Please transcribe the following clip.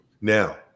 Now